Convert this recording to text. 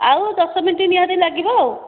ଆଉ ଦଶ ମିନିଟ ନିହାତି ଲାଗିବ ଆଉ